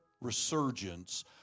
resurgence